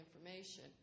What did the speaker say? information